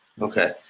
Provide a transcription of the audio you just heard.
Okay